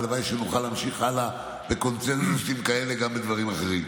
והלוואי שנוכל להמשיך הלאה בקונסנזוסים כאלה גם בדברים אחרים.